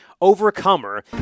Overcomer